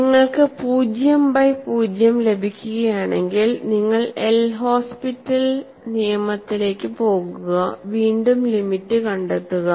നിങ്ങൾക്ക് പൂജ്യം ബൈ പൂജ്യം ലഭിക്കുകയാണെങ്കിൽ നിങ്ങൾ എൽ ഹോസ്പിറ്റൽ നിയമത്തിലേക്ക് പോകുകവീണ്ടും ലിമിറ്റ് കണ്ടെത്തുക